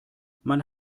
man